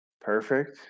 Perfect